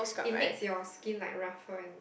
it makes your skin like rougher and